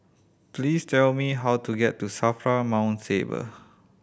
please tell me how to get to SAFRA Mount Faber